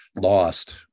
lost